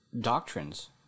doctrines